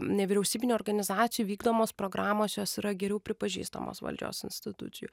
nevyriausybinių organizacijų vykdomos programos jos yra geriau pripažįstamos valdžios institucijų